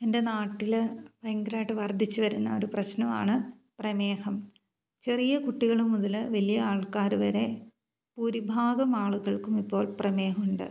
എൻ്റെ നാട്ടിൽ ഭയങ്കരമായിട്ട് വർദ്ധിച്ചു വരുന്ന ഒരു പ്രശ്നമാണ് പ്രമേഹം ചെറിയ കുട്ടികൾ മുതൽ വലിയ ആൾക്കാർ വരെ ഭൂരിഭാഗം ആളുകൾക്കും ഇപ്പോൾ പ്രമേഹമുണ്ട്